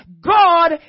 God